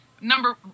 Number